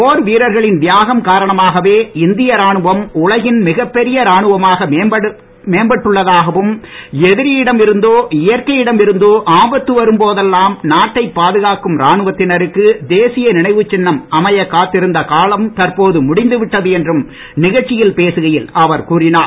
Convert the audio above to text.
போர் வீரர்களின் தியாகம் காரணமாகவே இந்திய ராணுவம் உலகின் மிகப்பெரிய ராணுவமாக மேம்பட்டுள்ளதாகவும் எதிரியிடம் இருந்தோ இயற்கையிடம் இருந்தோ ஆபத்து வரும் போதெல்லாம் நாட்டை பாதுகாக்கும் ராணுவத்தினருக்கு தேசிய நினைவுச் சின்னம் அமையக் காத்திருந்த காலம் தற்போது முடிந்து விட்டது என்றும் நிகழ்ச்சியில் பேசுகையில் அவர் கூறினார்